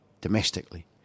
domestically